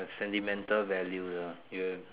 the sentimental value lah